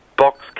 Box